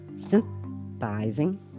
synthesizing